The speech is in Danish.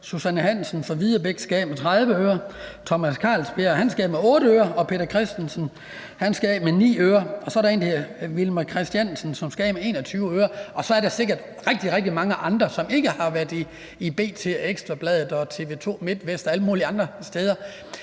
Susanne Hansen fra Videbæk skal af med 30 øre, Tomas Karlsbjerg skal af med 8 øre, og Peter Christensen skal af med 9 øre. Og så er der en, der hedder Vilmer Christiansen, som skal af med 21 øre. Og så er der sikkert rigtig, rigtig mange andre, som ikke har været i B.T., Ekstra Bladet, TV MIDTVEST og alle mulige andre steder.